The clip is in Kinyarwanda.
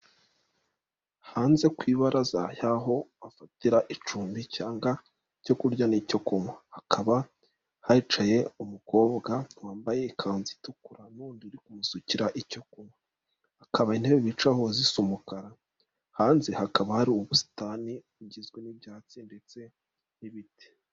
Hanze ku ibaraza aho bafatira icumbi cyangwa icyo kurya n'icyo kunywa, hakaba hicaye umukobwa wambaye ikanzu itukura n'undi uri kumusukira icyo kunywa, hakaba intebe bicaraho zisu umukara, hanze hakaba hari ubusitani bugizwe n'ibyatsi ndetse n'ibiti.